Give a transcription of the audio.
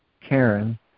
Karen